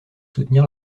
soutenir